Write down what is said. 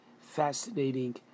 fascinating